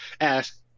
ask